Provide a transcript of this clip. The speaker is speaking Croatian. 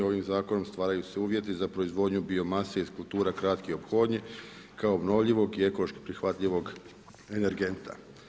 Ovim zakonom stvaraju se uvjeti za proizvodnju bio mase iz kultura kratkih ophodnji, kao obnovljivog i ekološki prihvatljivog energenta.